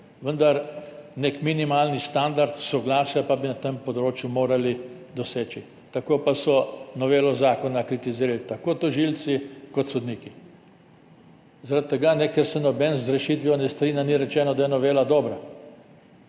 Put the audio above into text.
vendar pa bi nek minimalni standard soglasja na tem področju morali doseči. Tako pa so novelo zakona kritizirali tako tožilci kot sodniki. Zaradi tega, ker se nihče z rešitvijo ne strinja, ni rečeno, da je novela dobra.